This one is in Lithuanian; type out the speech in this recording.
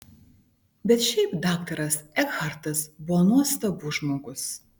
bet šiaip daktaras ekhartas buvo nuostabus žmogus